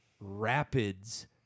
rapids